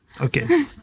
Okay